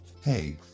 hey